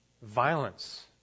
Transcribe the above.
violence